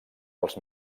els